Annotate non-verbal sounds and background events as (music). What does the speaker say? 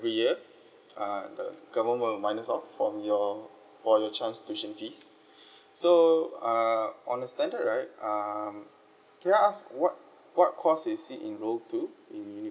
every year uh the government will minus off from your from your child's tuition fees (breath) so err on a standard right um can I ask what what course you see in row two in